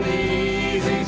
the day